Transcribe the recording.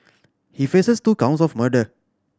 he faces two counts of murder